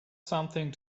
something